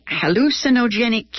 hallucinogenic